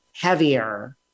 heavier